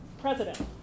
president